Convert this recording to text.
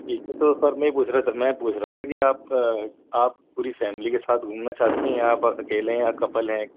ٹھیک ہے تو سر میں یہ پوچھ رہا تھا میں پوچھ رہا تھا کہ آپ آپ پوری فیملی کے ساتھ گھومنا چاہتے ہیں یا آپ اکیلے ہیں یا کپل ہیں